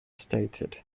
stated